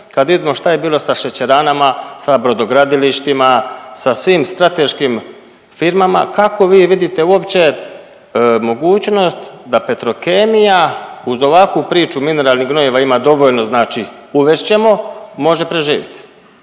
kad vidimo šta je bilo sa šećeranama, sa brodogradilištima, sa svim strateškim firmama, kako vi vidite uopće mogućnost da Petrokemija uz ovakvu priču mineralnih gnojiva ima dovoljno, znači uvest ćemo, može preživiit,